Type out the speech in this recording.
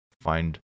find